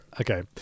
Okay